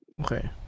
Okay